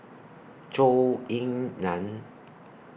Zhou Ying NAN